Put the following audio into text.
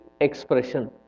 expression